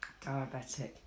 diabetic